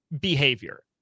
behavior